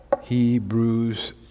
Hebrews